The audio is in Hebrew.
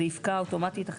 זה יפקע אוטומטית?